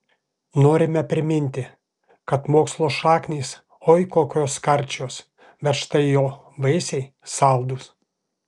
norime priminti kad mokslo šaknys oi kokios karčios bet štai jo vaisiai saldūs